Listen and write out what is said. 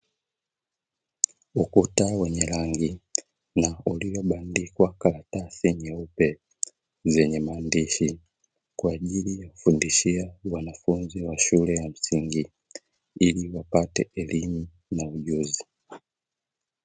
Ukuta wenye rangi na uliobandikwa karatasi nyeupe zenye maandishi kwa ajili ya kufundishia wanafunzi wa shule ya msingi ili wapate ujuzi.